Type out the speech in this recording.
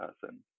person